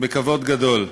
בכבוד גדול.